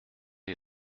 est